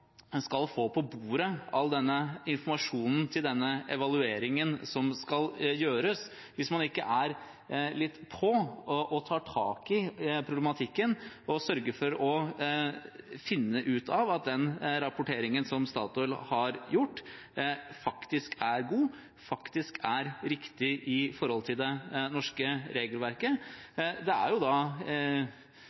skal få på bordet all informasjonen til den evalueringen som skal gjøres, hvis man ikke er litt på og tar tak i problematikken, og sørger for å finne ut av om den rapporteringen som Statoil har gjort, faktisk er god, faktisk er riktig, i forhold til det norske regelverket. Det er jo